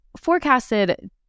forecasted